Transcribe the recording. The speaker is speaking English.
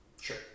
Sure